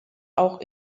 auch